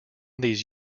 these